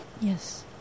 Yes